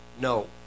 No